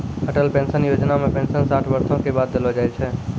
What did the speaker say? Atal pension योजना मे pension साठ बरसो के बाद देलो जाय छै